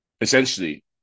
essentially